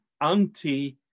Anti